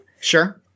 Sure